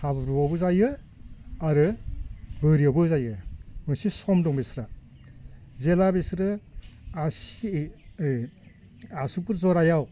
हाब्रुआवबो जायो आरो बोरियावबो जायो मोनसे सम दं बेस्रा जेला बिसोरो आसि एह आसुगुर जरायाव